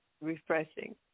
refreshing